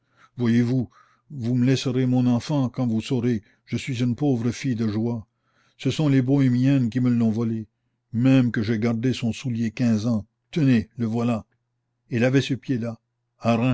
voyez-vous vous me laisserez mon enfant quand vous saurez je suis une pauvre fille de joie ce sont les bohémiennes qui me l'ont volée même que j'ai gardé son soulier quinze ans tenez le voilà elle avait ce pied-là